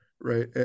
right